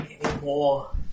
anymore